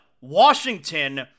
Washington